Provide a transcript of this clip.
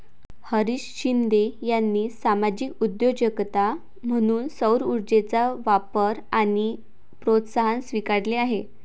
हरीश शिंदे यांनी सामाजिक उद्योजकता म्हणून सौरऊर्जेचा वापर आणि प्रोत्साहन स्वीकारले आहे